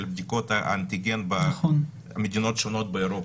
בדיקות האנטיגן במדינות שונות באירופה.